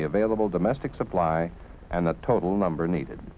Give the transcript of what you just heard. the available domestic supply and the total number needed